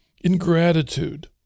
ingratitude